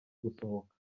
gusohoka